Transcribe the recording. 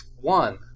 One